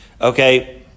okay